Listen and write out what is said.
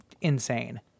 insane